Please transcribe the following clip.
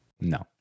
No